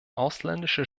ausländische